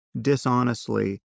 dishonestly